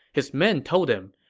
his men told him,